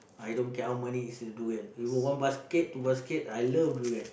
I don't count money into it if you one basket two basket I love durian